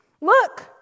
Look